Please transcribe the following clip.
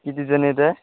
किती जण येताय